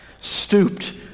stooped